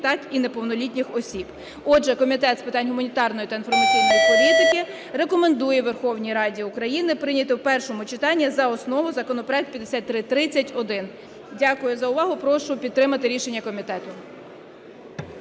так, і неповнолітніх осіб. Отже, Комітет з питань гуманітарної та інформаційної політики рекомендує Верховній Раді України прийняти в першому читанні за основу законопроект 5330-1. Дякую за увагу. Прошу підтримати рішення комітету.